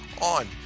on